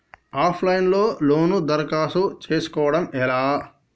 Of line లో loan దరఖాస్తు చేసుకోవడం ఎలా?